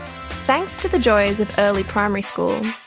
thanks to the joys of early primary school,